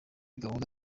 gahunda